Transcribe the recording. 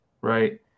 right